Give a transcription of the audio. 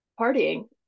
partying